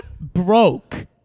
Broke